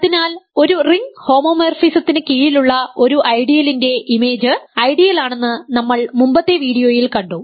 അതിനാൽ ഒരു റിംഗ് ഹോമോമോർഫിസത്തിന് കീഴിലുള്ള ഒരു ഐഡിയലിന്റെ ഇമേജ് ഐഡിയലാണെന്ന് നമ്മൾ മുമ്പത്തെ വീഡിയോയിൽ കണ്ടു